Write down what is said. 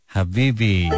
Habibi